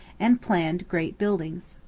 and planned great buildings.